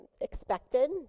expected